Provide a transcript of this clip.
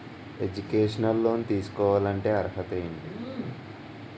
Educational loan తీసుకోవాలంటే అర్హత ఏంటి?